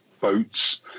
boats